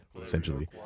essentially